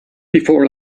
before